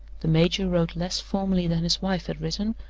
the major wrote less formally than his wife had written,